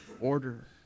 order